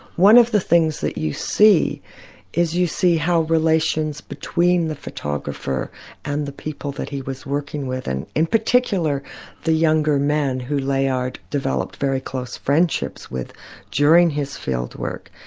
one of the things that you see is you see how relations between the photographer and the people that he was working with, with, and in particular the younger man who layard developed very close friendships with during his fieldwork,